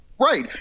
Right